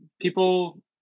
People